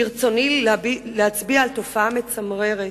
ברצוני להצביע על תופעה מצמררת.